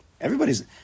Everybody's